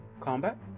combat